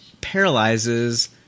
paralyzes